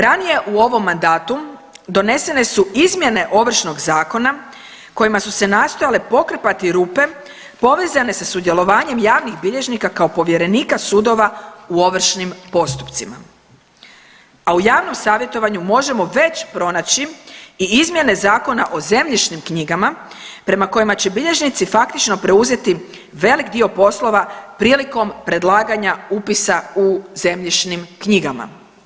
Ranije u ovom mandatu donesene su izmjene Ovršnog zakona kojima su se nastojale pokrpati rupe povezane sa sudjelovanjem javnih bilježnika kao povjerenika sudova u ovršnim postupcima, a u javnom savjetovanju možemo već pronaći i izmjene Zakona o zemljišnim knjigama prema kojima će bilježnici faktično preuzeti velik dio poslova prilikom predlaganja upisa u zemljišnim knjigama.